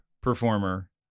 performer